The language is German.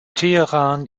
teheran